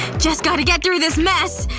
just gotta get through this mess.